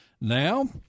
now